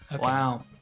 Wow